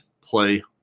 play